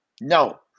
no